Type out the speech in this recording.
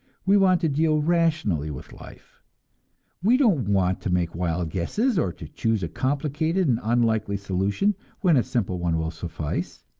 we want to deal rationally with life we don't want to make wild guesses, or to choose a complicated and unlikely solution when a simple one will suffice.